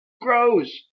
grows